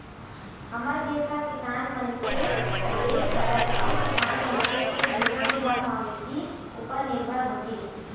हमर देस ह किसान मन के देस हरय अउ किसान मनखे के जिनगी ह मवेशी उपर निरभर होथे